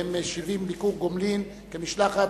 והם משיבים ביקור גומלין כמשלחת.